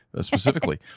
specifically